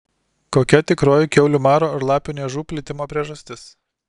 kokia tikroji kiaulių maro ar lapių niežų plitimo priežastis